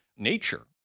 nature